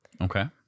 Okay